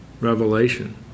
revelation